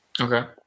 okay